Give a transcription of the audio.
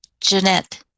Jeanette